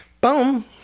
Boom